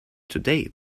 today